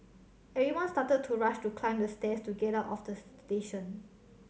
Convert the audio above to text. everyone started to rush to climb the stairs to get out of the station